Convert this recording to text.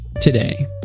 today